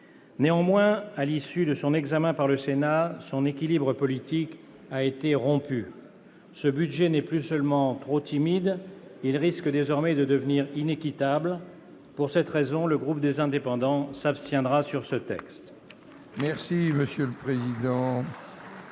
Néanmoins, à l'issue de son examen par le Sénat, son équilibre politique a été rompu. Ce budget n'est plus seulement trop timide, il risque désormais de devenir inéquitable. Pour cette raison, le groupe des Indépendants, s'abstiendra. La parole